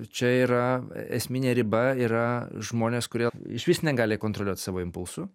čia yra esminė riba yra žmonės kurie išvis negali kontroliuot savo impulsų